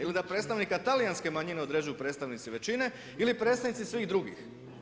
Ili da predstavnika talijanske manjine određuju predstavnici većine ili predstavnici svih drugih?